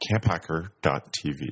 camphacker.tv